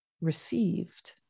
received